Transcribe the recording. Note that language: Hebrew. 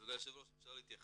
אדוני היושב ראש אפשר להתייחס?